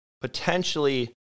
potentially